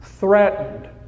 threatened